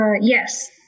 Yes